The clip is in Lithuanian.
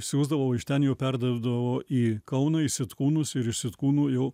siųsdavo iš ten jau perduodavo į kauną į sitkūnus ir iš sitkūnų jau